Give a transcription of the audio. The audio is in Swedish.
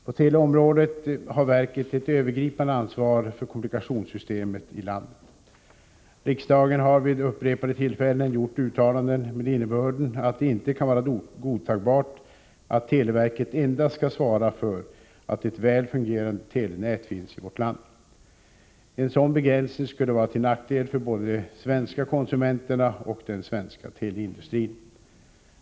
På teleområdet har verket ett övergripande ansvar för kommunikationssystemet i landet. Riksdagen har vid upprepade tillfällen gjort uttalanden med innebörden att det inte kan vara godtagbart att televerket endast skall svara för att ett väl fungerande telenät finns i vårt land. En sådan begränsning skulle vara till nackdel för både de svenska konsumenterna och den svenska teleindustrin.